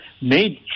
made